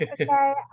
okay